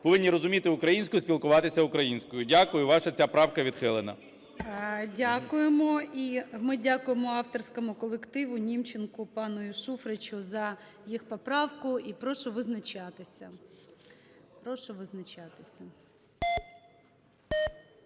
повинні розуміти українську і спілкуватися українською. Дякую. Ваша ця правка відхилена. ГОЛОВУЮЧИЙ. Дякуємо. І ми дякуємо авторському колективу Німченку пану і Шуфричу, за їх поправку. І прошу визначатися.